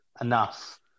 enough